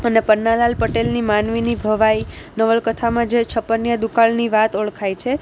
અને પન્નાલાલ પટેલની માનવીની ભવાઈ નવલકથામાં જે છપ્પનિયા દુકાળની વાત ઓળખાય છે